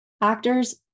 Actors